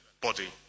body